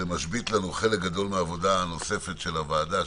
וזה משבית לנו חלק גדול מהעבודה הנוספת של הוועדה.